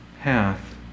path